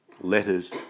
letters